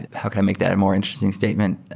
how can i make that a more interesting statement?